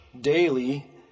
daily